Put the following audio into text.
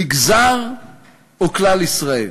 מגזר או כלל ישראל.